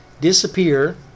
disappear